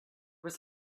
was